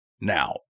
now